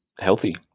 healthy